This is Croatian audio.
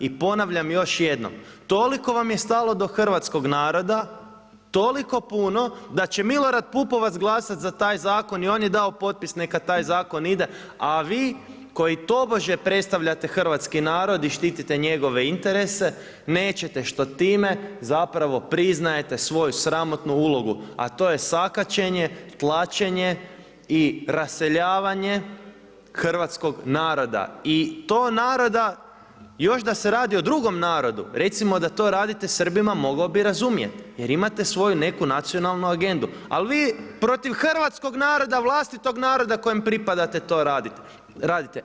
I ponavljam još jednom, toliko vam je stalo do hrvatskoga naroda toliko puno da će Milorad Pupovac glasat za taj zakon i on je dao potpis neka taj zakon ide, a vi koji tobože predstavljate hrvatski narod i štitite njegove interese nećete, što time zapravo priznajete svoju sramotnu ulogu, a to je sakaćenje, tlačenje i raseljavanje hrvatskoga naroda i to naroda, još da se radi o drugom narodu, recimo da to radite Srbima mogao bih razumjeti jer imate svoju neku nacionalnu agendu, ali vi protiv hrvatskoga naroda, vlastitog naroda kojem pripadate to radite.